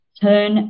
Turn